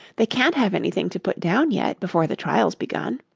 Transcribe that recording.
they can't have anything to put down yet, before the trial's begun